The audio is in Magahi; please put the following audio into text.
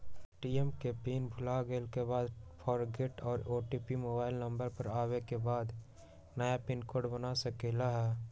ए.टी.एम के पिन भुलागेल के बाद फोरगेट कर ओ.टी.पी मोबाइल नंबर पर आवे के बाद नया पिन कोड बना सकलहु ह?